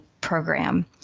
program